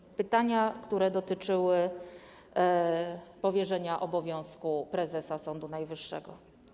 Były pytania, które dotyczyły powierzenia obowiązków prezesa Sądu Najwyższego.